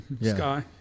Sky